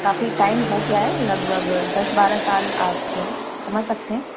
काफ़ी टाइम हो गया है लगभग दस बारह साल आप समझ सकते हैं